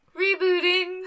rebooting